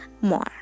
more